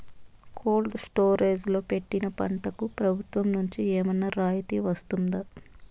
Cold storage లో పెట్టిన పంటకు ప్రభుత్వం నుంచి ఏమన్నా రాయితీ వస్తుందా?